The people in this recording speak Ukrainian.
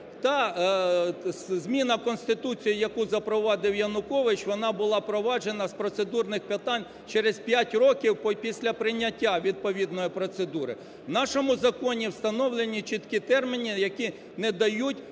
Та зміна Конституції, яку запровадив Янукович, вона була впроваджена з процедурних питань через п'ять років після прийняття відповідної процедури. В нашому законі встановлені чіткі терміни, які не дають